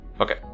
Okay